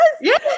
yes